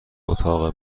اتاق